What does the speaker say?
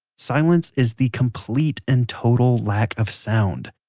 silence is the complete and total lack of sound.